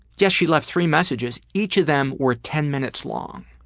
yeah she left three messages. each of them were ten minutes long.